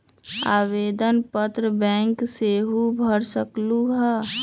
आवेदन पत्र बैंक सेहु भर सकलु ह?